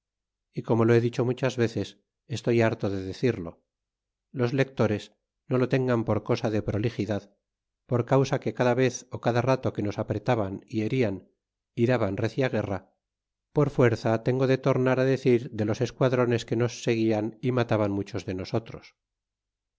y como lo he dicho muchas veces estoy harto de decirlo los lectores no lo tengan por cosa de prolixidad por causa que cada vez cada rato que nos apretaban y herian y daban recia guerra por fuerza tengo de tornar á decir de los esquadrones que nos seguian y mataban muchos de nosotros